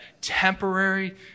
Temporary